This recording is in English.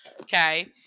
Okay